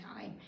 time